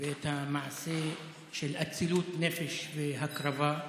ואת המעשה של אצילות הנפש וההקרבה.